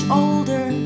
older